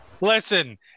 Listen